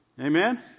Amen